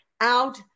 out